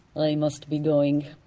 i must be going.